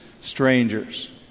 strangers